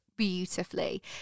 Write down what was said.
beautifully